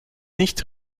nicht